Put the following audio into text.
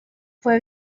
fue